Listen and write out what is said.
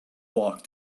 walk